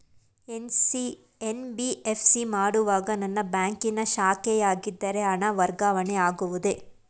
NBFC ಮಾಡುವಾಗ ನನ್ನ ಬ್ಯಾಂಕಿನ ಶಾಖೆಯಾಗಿದ್ದರೆ ಹಣ ವರ್ಗಾವಣೆ ಆಗುವುದೇ?